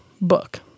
book